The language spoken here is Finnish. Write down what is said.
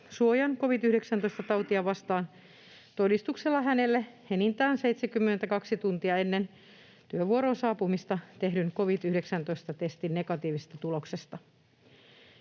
suojan covid-19-tautia vastaan todistuksella hänelle enintään 72 tuntia ennen työvuoroon saapumista tehdyn covid-19-testin negatiivisesta tuloksesta.